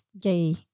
gay